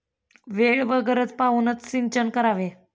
वेळ व गरज पाहूनच सिंचन करावे